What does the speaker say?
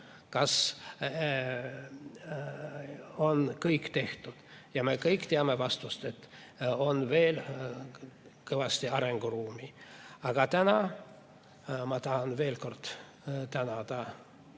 kas kõik on tehtud. Ja me kõik teame vastust: on veel kõvasti arenguruumi. Aga täna ma tahan veel kord tänada